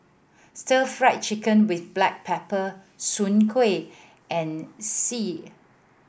Stir Fry Chicken with black pepper Soon Kueh and xi